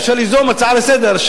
אפשר ליזום הצעה לסדר-היום,